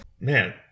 Man